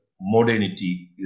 modernity